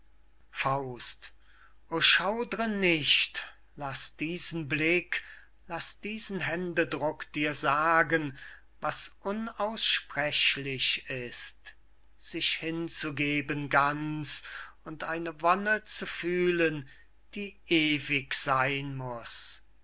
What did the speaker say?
überläuft's o schaudre nicht laß diesen blick laß diesen händedruck dir sagen was unaussprechlich ist sich hinzugeben ganz und eine wonne zu fühlen die ewig seyn muß